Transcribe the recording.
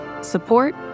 support